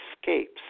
Escapes